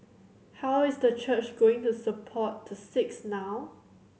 how is the church going to support the six now